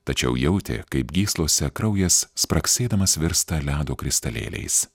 tačiau jautė kaip gyslose kraujas spragsėdamas virsta ledo kristalėliais